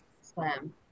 Slam